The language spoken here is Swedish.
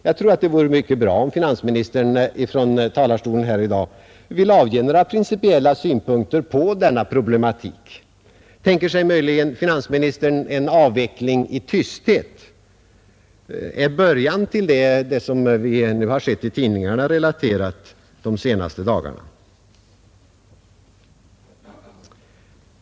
Jag tror att det vore mycket bra om finansministern från talarstolen i dag ville ge några principiella synpunkter på denna problematik. Tänker sig möjligen finansministern en avveckling av prisstoppet i tysthet? Är det som vi har sett relaterat i tidningarna de senaste dagarna en början till det?